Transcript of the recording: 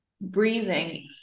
breathing